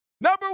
Number